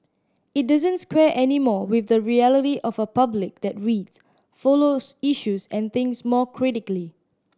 it doesn't square anymore with the reality of a public that reads follows issues and thinks more critically